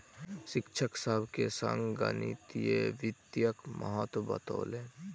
शिक्षक सभ के संगणकीय वित्तक महत्त्व बतौलैन